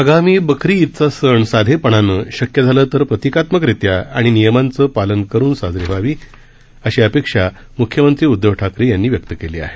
आगामी बकरी ईदचा सण साधेपणानं शक्य झालं तर प्रतिकात्मकरित्या आणि नियमांचं पालन करून साजरी व्हावी अशी अपेक्षा मुख्यमंत्री उदधव ठाकरे यांनी व्यक्त केली आहे